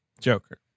Joker